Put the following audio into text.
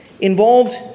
involved